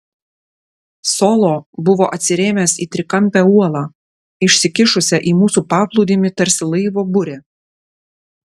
solo buvo atsirėmęs į trikampę uolą išsikišusią į mūsų paplūdimį tarsi laivo burė